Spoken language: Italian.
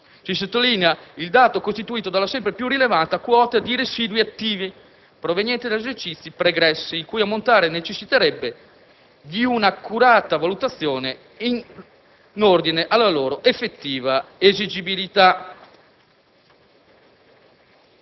Si sottolinea il dato costituito dalla sempre più rilevante quota di residui attivi proveniente dagli esercizi pregressi, il cui ammontare necessiterebbe di un'accurata valutazione in ordine alla loro effettiva esigibilità.